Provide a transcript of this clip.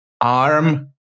arm